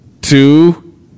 two